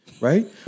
Right